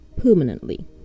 Permanently